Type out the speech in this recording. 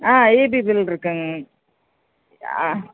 ஆ EB பில்ருக்குங்க ஆ